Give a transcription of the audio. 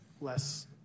less